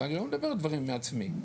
ואני לא מדבר דברים מעצמי,